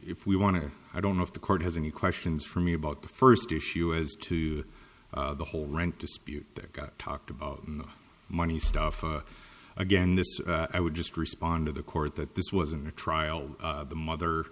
if we want to i don't know if the court has any questions for me about the first issue as to the whole rent dispute that got talked about in the money stuff again this i would just respond to the court that this wasn't a trial the mother